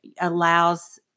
allows